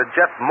Jeff